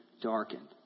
darkened